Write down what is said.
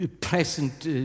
present